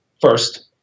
first